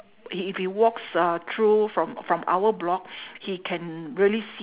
i~ if he walks uh through from from our block he can really see